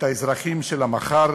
את האזרחים של המחר,